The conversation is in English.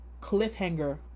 cliffhanger